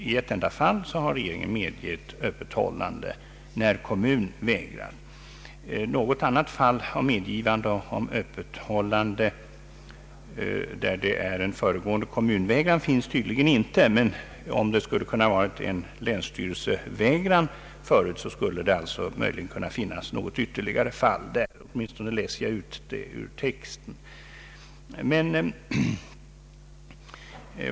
I ett enda fall har regeringen medgivit öppethållande när kommun har vägrat. Något annat fall av medgivande om Öppethållande efter föregående kommunvägran finns tydligen inte, men något ytterligare fall med föregående länsstyrelsevägran skulle möjligen kunna finnas. Åtminstone läser jag ut detta ur texten i interpellationssvaret.